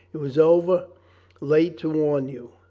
it was over late to warn you.